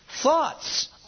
thoughts